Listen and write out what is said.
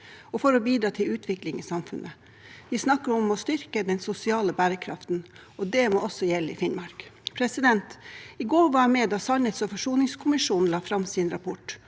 og for å bidra til utvikling i samfunnet. Vi snakker om å styrke den sosiale bærekraften, og det må også gjelde i Finnmark. I går var jeg med da sannhets- og forsoningskommisjonen la fram sin rapport.